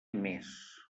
més